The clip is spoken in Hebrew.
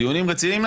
דיונים רציניים?